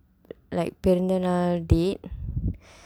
like பிறந்த நாள்:pirandtha naal date